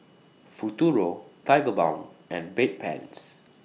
Futuro Tigerbalm and Bedpans